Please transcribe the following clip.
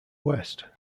west